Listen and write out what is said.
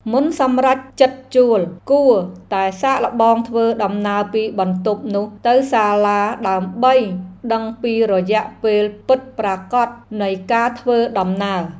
មុនសម្រេចចិត្តជួល គួរតែសាកល្បងធ្វើដំណើរពីបន្ទប់នោះទៅសាលាដើម្បីដឹងពីរយៈពេលពិតប្រាកដនៃការធ្វើដំណើរ។